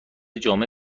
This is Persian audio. جامع